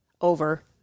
over